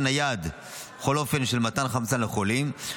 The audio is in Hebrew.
נייד (וכל אופן של מתן חמצן לחולים),